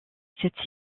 cette